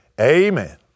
Amen